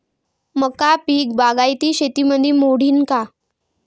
मका पीक बागायती शेतीमंदी मोडीन का?